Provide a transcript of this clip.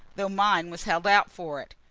though mine was held out for it.